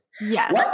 Yes